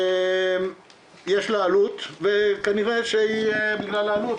יש לה עלות וכנראה בגלל העלות,